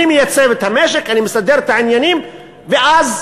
אני מייצב את המשק, אני מסדר את העניינים, ואז